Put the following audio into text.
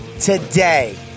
today